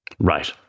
right